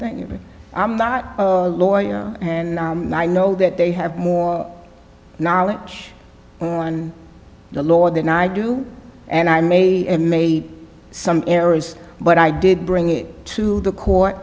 thing i'm not a lawyer and i know that they have more knowledge on the lower than i do and i may have made some errors but i did bring it to the court